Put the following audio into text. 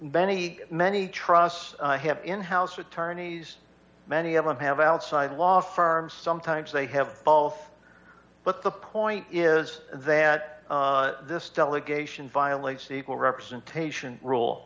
i many trusts have in house attorneys many of them have outside law firms sometimes they have both but the point is that this delegation violates the equal representation rule